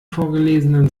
vorgelesenen